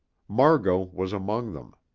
margot was among them.